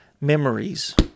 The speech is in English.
Memories